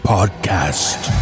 Podcast